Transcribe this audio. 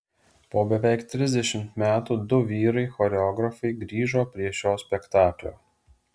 po beveik trisdešimt metų du vyrai choreografai grįžo prie šio spektaklio